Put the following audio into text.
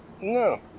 No